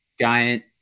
giant